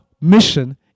mission